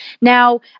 Now